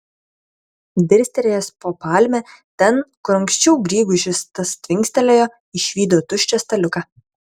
dirstelėjęs po palme ten kur anksčiau grygui šis tas tvinksėjo išvydo tuščią staliuką